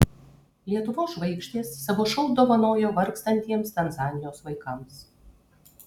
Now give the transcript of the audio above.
lietuvos žvaigždės savo šou dovanojo vargstantiems tanzanijos vaikams